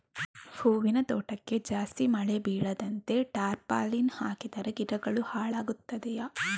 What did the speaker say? ಹೂವಿನ ತೋಟಕ್ಕೆ ಜಾಸ್ತಿ ಮಳೆ ಬೀಳದಂತೆ ಟಾರ್ಪಾಲಿನ್ ಹಾಕಿದರೆ ಗಿಡಗಳು ಹಾಳಾಗುತ್ತದೆಯಾ?